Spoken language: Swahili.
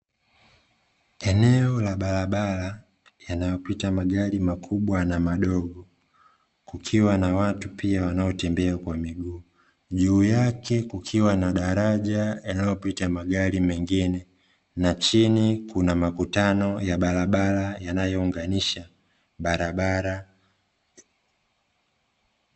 Eneo la barabara yanayopita magari makubwa na madogo, kukiwa na watu pia wanaotembea kwa miguu, juu yake kukiwa na daraja yanayopita magari mengine na chini kuna makutano ya barabara yanayounganisha barabara.